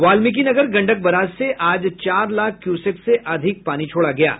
Valmiki Nagar Gandak barrage से आज चार लाख क्यूसेक से अधिक पानी छोड़ा गया है